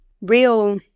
real